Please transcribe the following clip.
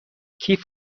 کیف